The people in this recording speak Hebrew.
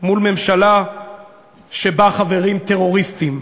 מול ממשלה שבה חברים טרוריסטים.